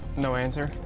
no answer.